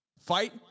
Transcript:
Fight